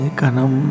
kanam